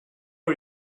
are